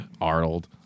Arnold